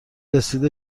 رسید